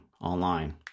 online